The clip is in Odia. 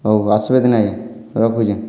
ହଉ ଆସ୍ବେ ତିନେ ଆଜ୍ଞା ରଖୁଚେଁ